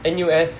N_U_S